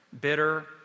bitter